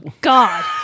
God